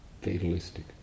fatalistic